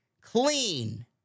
clean